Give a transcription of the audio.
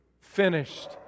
finished